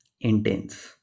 intense